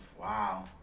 wow